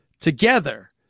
Together